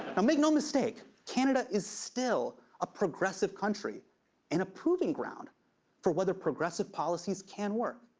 um make no mistake, canada is still a progressive country and a proving ground for whether progressive policies can work.